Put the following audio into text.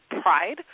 pride